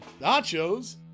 Nachos